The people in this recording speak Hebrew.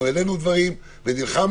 אנחנו העלינו דברים ונלחמנו,